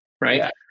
right